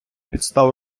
підстав